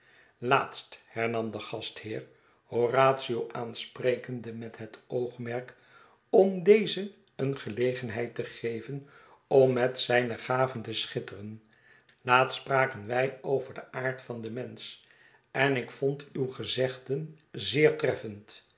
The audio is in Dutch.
laatst hernam de gastheer horatio aansprekende met het oogmerk om dezen eenegelegenheid te geven om met zijne gaven te schitteren laatst spraken wij over den aard van den mensch en ik vond uwe gezegden zeer treffend